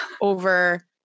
over